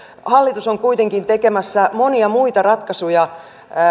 hallitus on kuitenkin tekemässä monia muita ratkaisuja